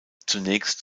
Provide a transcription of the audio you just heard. zunächst